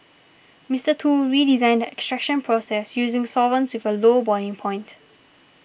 Mister Tu redesigned the extraction process using solvents with a low boiling point